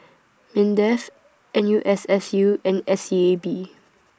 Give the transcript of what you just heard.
Mindef N U S S U and S E A B